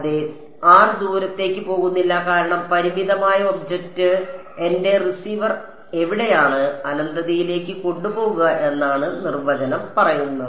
അതെ r ദൂരത്തേക്ക് പോകുന്നില്ല കാരണം പരിമിതമായ ഒബ്ജക്റ്റ് എന്റെ റിസീവർ എവിടെയാണ് അനന്തതയിലേക്ക് കൊണ്ടുപോകുക എന്നാണ് നിർവചനം പറയുന്നത്